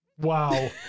Wow